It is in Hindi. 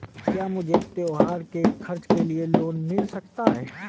क्या मुझे त्योहार के खर्च के लिए लोन मिल सकता है?